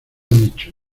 dicho